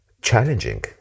challenging